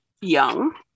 young